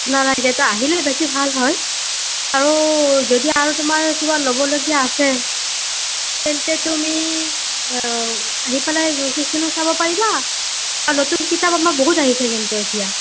নালাগে তো আহিলে বেছি ভাল হয় আৰু যদি আৰু তোমাৰ কিবা ল'বলগীয়া আছে তেন্তে তুমি আহি পেলাই সেইখিনিও চাব পাৰিবা নতুন কিতাপ বহুত আহিছে কিন্তু আমাৰ এতিয়া